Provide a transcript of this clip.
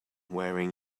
wearing